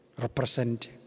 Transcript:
represent